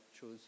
chose